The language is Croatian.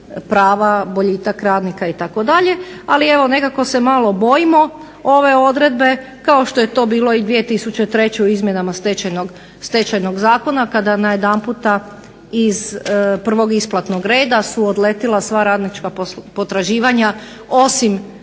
prava, boljitak radnika itd. Ali evo nekako se malo bojimo ove odredbe kao što je to bilo i 2003. u izmjenama Stečajnog zakona kada najedanputa iz prvog isplatnog reda su odletila sva radnička potraživanja osim